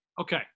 Okay